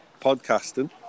podcasting